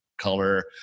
color